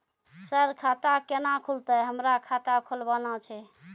Sir खाता केना खुलतै, हमरा खाता खोलवाना छै?